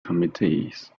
committees